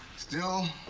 still,